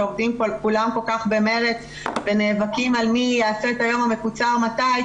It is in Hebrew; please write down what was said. שכולם עובדים כל כך במרץ ונאבקים על מי יעשה את היום המקוצר מתי,